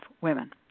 women